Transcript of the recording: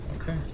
Okay